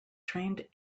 trained